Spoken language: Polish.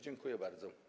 Dziękuję bardzo.